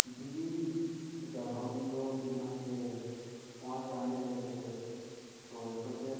दिल्ली जब हम लोग यहाँ से वहाँ से आने लगे थे तो सोचे